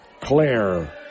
Claire